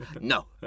No